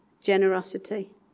generosity